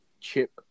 chip